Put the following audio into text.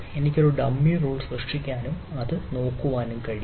എനിക്ക് ഒരു dummy role സൃഷ്ടിക്കാനും അത് നോക്കാനും കഴിയും